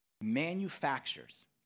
manufactures